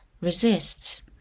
resists